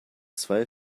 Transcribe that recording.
zwei